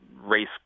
race